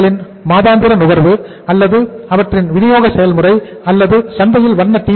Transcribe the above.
களின் மாதாந்திர நுகர்வு அல்லது அவற்றின் வினியோக செயல்முறை அல்லது சந்தையில் வண்ண டி